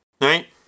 Right